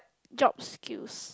jobs skills